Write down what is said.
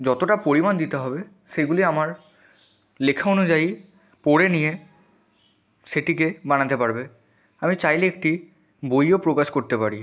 যতোটা পরিমাণ দিতে হবে সেগুলি আমার লেখা অনুযায়ী পড়ে নিয়ে সেটিকে বানাতে পারবে আমি চাইলে একটি বইও প্রকাশ করতে পারি